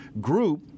group